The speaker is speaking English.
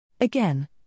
Again